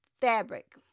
fabric